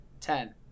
Ten